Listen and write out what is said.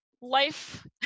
Life